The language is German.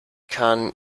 kann